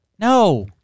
No